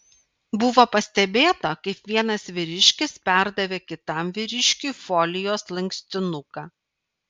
buvo pastebėta kaip vienas vyriškis perdavė kitam vyriškiui folijos lankstinuką